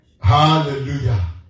Hallelujah